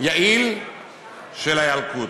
יעיל של הילקוט,